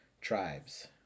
tribes